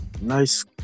nice